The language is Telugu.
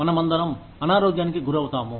మనమందరం అనారోగ్యానికి గురవుతాము